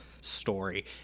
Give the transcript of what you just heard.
story